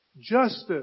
justice